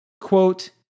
Quote